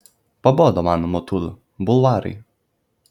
pabodo man motul bulvarai